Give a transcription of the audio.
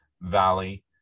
valley